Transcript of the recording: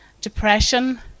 depression